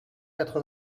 quatre